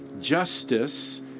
justice